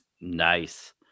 nice